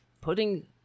putting